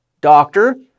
doctor